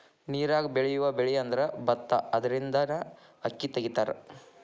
ನೇರಾಗ ಬೆಳಿಯುವ ಬೆಳಿಅಂದ್ರ ಬತ್ತಾ ಅದರಿಂದನ ಅಕ್ಕಿ ತಗಿತಾರ